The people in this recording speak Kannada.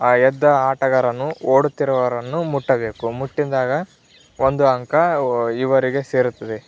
ಆ ಎದ್ದ ಆಟಗಾರನು ಓಡುತ್ತಿರುವವರನ್ನು ಮುಟ್ಟಬೇಕು ಮುಟ್ಟಿದಾಗ ಒಂದು ಅಂಕ ಇವರಿಗೆ ಸೇರುತ್ತದೆ